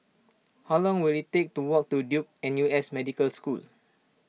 how long will it take to walk to Duke N U S Medical School